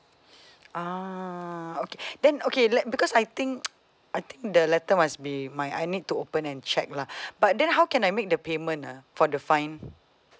ah okay then okay let because I think I think the letter must be my eye need to open and check lah but then how can I make the payment ah for the fine